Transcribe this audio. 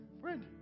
friend